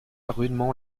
rudement